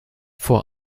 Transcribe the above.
vor